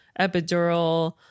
epidural